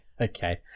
Okay